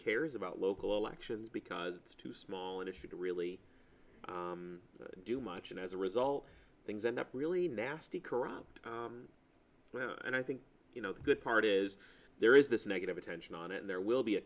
cares about local elections because it's too small an issue to really do much and as a result things end up really nasty corrupt and i think you know the good part is there is this negative attention on it and there will be a